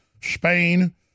Spain